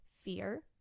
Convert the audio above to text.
fear